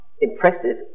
impressive